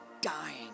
dying